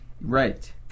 Right